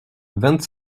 vingt